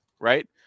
right